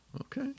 Okay